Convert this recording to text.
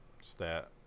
stat